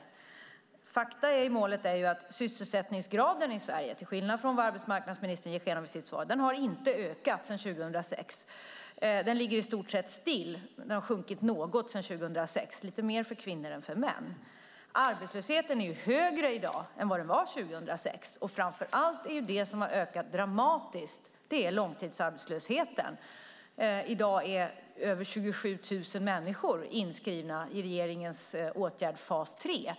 Fakta i målet är att sysselsättningsgraden i Sverige inte , till skillnad från vad arbetsmarknadsministern i sitt svar ger sken av, ökat sedan år 2006. I stort sett ligger den still - något har den sjunkit sedan år 2006, lite mer för kvinnor än för män. I dag är arbetslösheten högre än den var år 2006. Framför allt har långtidsarbetslösheten dramatiskt ökat. I dag är över 27 000 människor inskrivna i regeringens åtgärd fas 3.